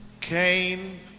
Cain